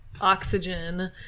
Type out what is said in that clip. oxygen